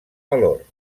valor